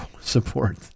support